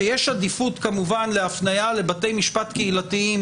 שיש עדיפות כמובן להפניה לבתי משפט קהילתיים